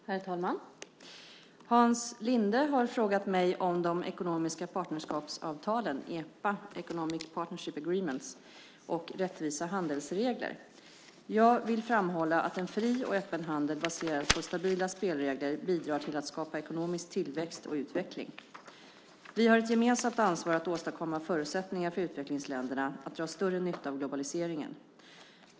Herr talman! Hans Linde har frågat mig om de ekonomiska partnerskapsavtalen EPA, Economic Partnership Agreements, och rättvisa handelsregler. Jag vill framhålla att en fri och öppen handel baserad på stabila spelregler bidrar till att skapa ekonomisk tillväxt och utveckling. Vi har ett gemensamt ansvar att åstadkomma förutsättningar för utvecklingsländerna att dra större nytta av globaliseringen.